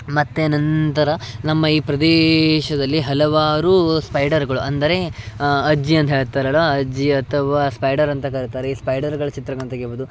ಮತ್ತು ನಂತರ ನಮ್ಮ ಈ ಪ್ರದೇಶದಲ್ಲಿ ಹಲವಾರು ಸ್ಪೈಡರ್ಗಳು ಅಂದರೆ ಅಜ್ಜಿ ಅಂತ ಹೇಳ್ತಾರಲ್ಲವಾ ಅಜ್ಜಿ ಅಥವಾ ಸ್ಪೈಡರ್ ಅಂತ ಕರಿತಾರೆ ಈ ಸ್ಪೈಡರ್ಗಳ ಚಿತ್ರನ ತೆಗೆಬೌದು